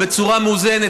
בצורה מאוזנת,